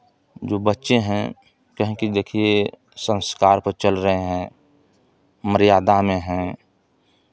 जो बच्चे हैं कहें कि देखिए संस्कार पे चल रहें हैं मर्यादा में हैं